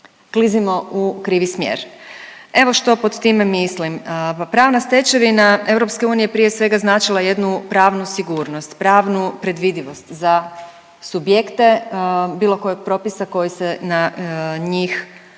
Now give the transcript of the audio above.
Klizimo u krivi smjer. Evo što pod time mislim. Pravna stečevina EU prije svega značila je jednu pravnu sigurnost, pravnu predvidivost za subjekte bilo kojeg propisa koji se na njih